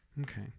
okay